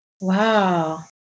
Wow